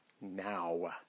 now